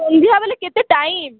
ସନ୍ଧ୍ୟା ବେଲେ କେତେ ଟାଇମ୍